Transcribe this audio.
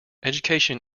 education